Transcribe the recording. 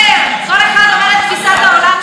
כל אחד אומר את תפיסת העולם שלו.